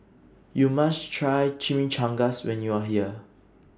YOU must Try Chimichangas when YOU Are here